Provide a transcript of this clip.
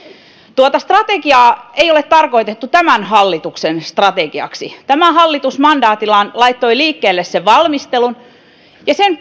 tuota strategiaa ei ole tarkoitettu tämän hallituksen strategiaksi tämä hallitus mandaatillaan laittoi liikkeelle sen valmistelun ja sen